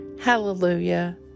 Hallelujah